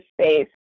space